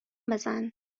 بزن